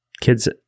kids